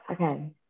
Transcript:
okay